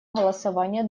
голосования